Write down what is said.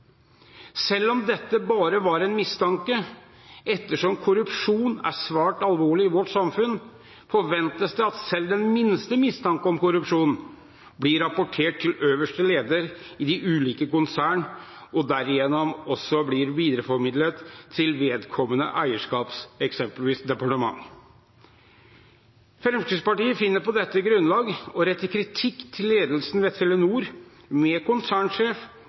Selv om dette bare var en mistanke, forventes det – ettersom korrupsjon er svært alvorlig i vårt samfunn – at selv den minste mistanke om korrupsjon blir rapportert til øverste leder i de ulike konsernene og derigjennom videreformidlet til vedkommende eierskaps eksempelvis departement. Fremskrittspartiet finner på dette grunnlag å rette kritikk mot ledelsen i Telenor, med konsernsjef